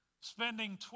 Spending